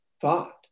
thought